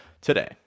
today